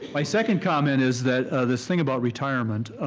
my second comment is that this thing about retirement,